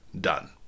done